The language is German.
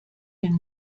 den